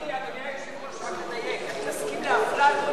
אדוני היושב-ראש, נא לדייק: מסכים לאפללו,